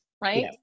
right